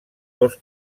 dos